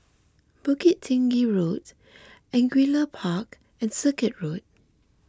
Bukit Tinggi Road Angullia Park and Circuit Road